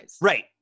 Right